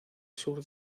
sur